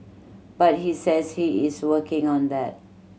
but he says he is working on that